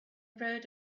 rode